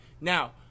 Now